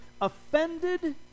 offended